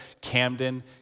Camden